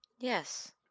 Yes